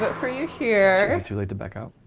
but for you here. too late to back out.